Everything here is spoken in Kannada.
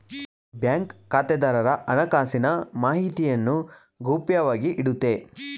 ಬ್ಯಾಂಕ್ ಖಾತೆದಾರರ ಹಣಕಾಸಿನ ಮಾಹಿತಿಯನ್ನು ಗೌಪ್ಯವಾಗಿ ಇಡುತ್ತೆ